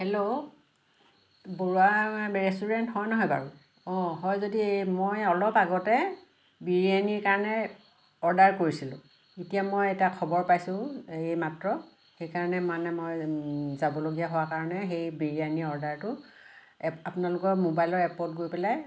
hello Baruah restaurant হয় নহয় বাৰু হয় যদি মই অলপ আগতে বিৰিয়ানীৰ কাৰণে অৰ্ডাৰ কৰিছিলোঁ এতিয়া মই খবৰ পাইছোঁ এই মাত্ৰ সেইকাৰণে মই যাবলগা হোৱা কাৰণে সেই বিৰিয়ানী অৰ্ডাৰটো আপোনালোকৰ মোবাইলৰ এপত গৈ পেলাই